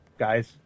guys